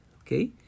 Okay